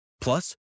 Plus